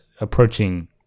approaching